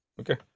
okay